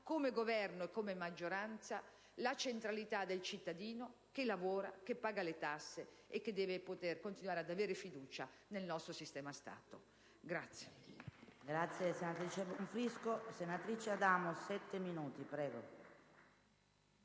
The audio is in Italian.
come Governo e come maggioranza, il cittadino che lavora, che paga le tasse e che deve poter continuare ad avere fiducia nel nostro sistema Stato.